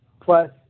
plus